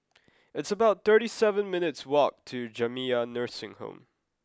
it's about thirty seven minutes' walk to Jamiyah Nursing Home